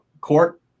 court